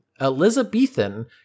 Elizabethan